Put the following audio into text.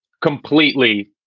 completely